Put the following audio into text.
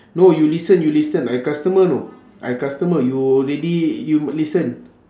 no you listen you listen I customer know I customer you already you listen